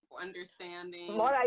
understanding